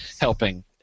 helping